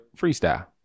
freestyle